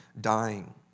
dying